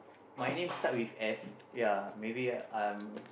my name start with F ya maybe I'm